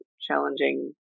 challenging